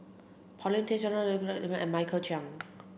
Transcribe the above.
Paulin Tay and Michael Chiang